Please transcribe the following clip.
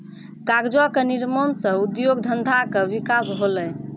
कागजो क निर्माण सँ उद्योग धंधा के विकास होलय